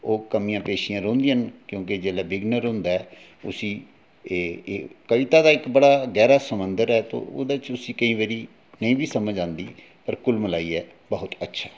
ओह् कमियां पेशियां रौह्दियां न क्योंकी बिगनर होंदा ऐ इसी एह् इक कविता दा इक बड़ा गैह्रा समंदर ऐ ओह्दे च उसी केईं बारी नेईं बी समझ आंदी कुल्ल मलाइयै बहुत अच्छा